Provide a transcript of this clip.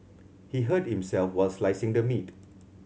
he hurt himself while slicing the meat